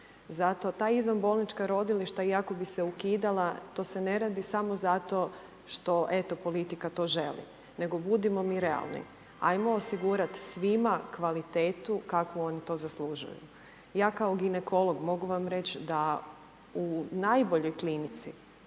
Zato ta izvanbolnička rodilišta i ako bi se ukidala, to se ne radi samo zato što eto politika to želi, nego budimo mi realni. Hajmo osigurati svima kvalitetu kakvu oni to zaslužuju. Ja kao ginekolog mogu vam reći da u najboljoj klinici